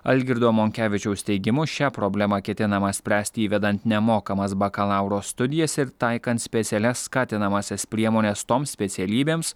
algirdo monkevičiaus teigimu šią problemą ketinama spręsti įvedant nemokamas bakalauro studijas ir taikant specialias skatinamąsias priemones toms specialybėms